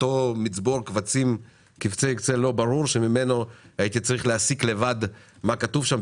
אותו מצבור קבצי אקסל לא ברורים שממנו הייתי צריך להסיק לבד מה כתוב שם.